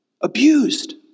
abused